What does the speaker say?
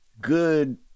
good